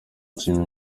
shima